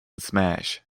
smash